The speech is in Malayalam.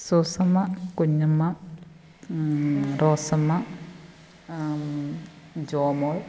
സൂസമ്മ കുഞ്ഞമ്മ റോസമ്മ ജോമോൾ